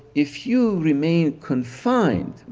if you remain confined,